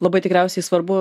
labai tikriausiai svarbu